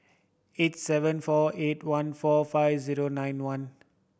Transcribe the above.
eight seven four eight one four five zero nine one